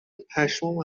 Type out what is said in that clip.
پشمام